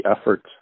efforts